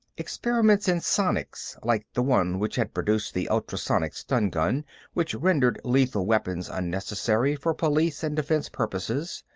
experiments in sonics, like the one which had produced the ultrasonic stun-gun which rendered lethal weapons unnecessary for police and defense purposes,